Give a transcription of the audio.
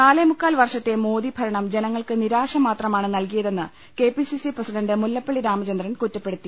നാലേ മുക്കാൽ വർഷത്തെ മോദി ഭൂരണം ജനങ്ങൾക്ക് നിരാശമാത്ര മാണ് നൽകിയതെന്ന് K P C C president Mullappally Ramachandran കുറ്റപ്പെ ടുത്തി